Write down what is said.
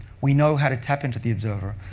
we know how to tap into the observer.